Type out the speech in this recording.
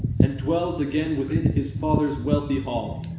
and dwells again within his father's wealthy hall,